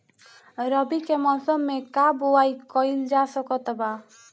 रवि के मौसम में का बोआई कईल जा सकत बा?